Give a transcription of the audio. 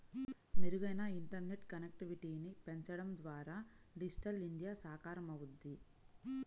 మెరుగైన ఇంటర్నెట్ కనెక్టివిటీని పెంచడం ద్వారా డిజిటల్ ఇండియా సాకారమవుద్ది